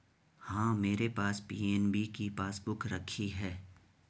हाँ, मेरे पास पी.एन.बी की पासबुक रखी है